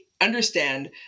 understand